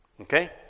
Okay